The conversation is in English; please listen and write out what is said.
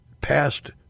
past